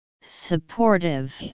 supportive